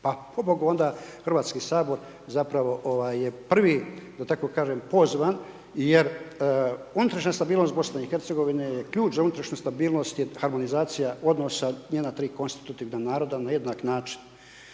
Pa pobogu onda Hrvatski sabor je zapravo prvi, da tako kažem pozvan jer unutrašnja stabilnost Bosne i Hercegovine je ključ za unutrašnju stabilnost je harmonizacija odnosa njena tri konstitutivna naroda na jednak način.